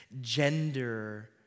gender